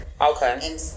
okay